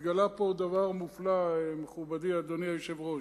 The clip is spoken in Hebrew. התגלה פה דבר מופלא, מכובדי אדוני היושב-ראש.